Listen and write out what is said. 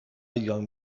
young